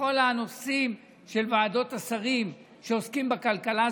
בכל הנושאים של ועדות השרים שעוסקות בכלכלה.